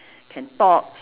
can talk